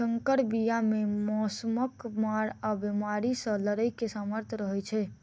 सँकर बीया मे मौसमक मार आ बेमारी सँ लड़ैक सामर्थ रहै छै